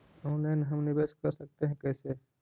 Online हम निवेश कर सकते है, कैसे?